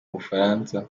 bufaransa